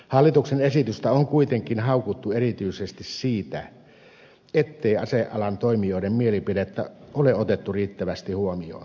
hallituksen esitystä on kuitenkin haukuttu erityisesti siitä ettei asealan toimijoiden mielipidettä ole otettu riittävästi huomioon